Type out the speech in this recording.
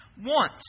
want